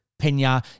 Pena